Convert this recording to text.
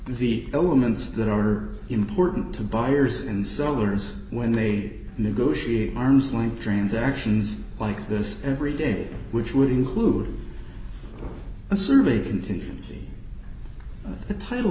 the elements that are important to buyers and sellers when they negotiate arm's length transactions like this every day which would include assume a contingency title